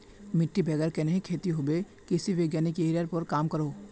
मिटटीर बगैर कन्हे खेती होबे कृषि वैज्ञानिक यहिरार पोर काम करोह